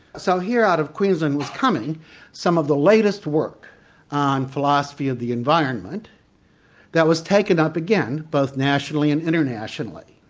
so here out of queensland is coming some of the latest work on philosophy of the environment that was taken up again, both nationally and internationally.